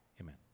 Amen